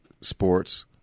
sports